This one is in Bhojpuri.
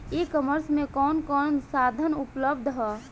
ई कॉमर्स में कवन कवन साधन उपलब्ध ह?